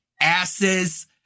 asses